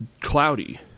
cloudy